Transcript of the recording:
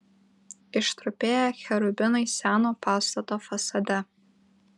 ištrupėję cherubinai seno pastato fasade